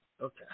Okay